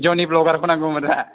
जौनि ब्लगारखौ नांगौमोनरा